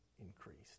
increased